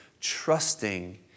trusting